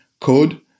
Code